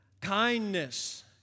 kindness